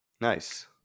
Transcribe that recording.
Nice